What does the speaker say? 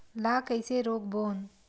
ला कइसे रोक बोन?